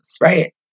right